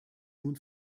nun